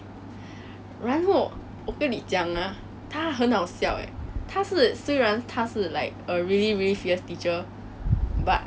but not talking about that but what I think that she was the best teacher is because 她会教我们